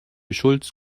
schulz